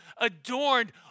adorned